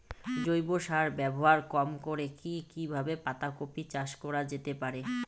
জৈব সার ব্যবহার কম করে কি কিভাবে পাতা কপি চাষ করা যেতে পারে?